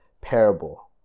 parable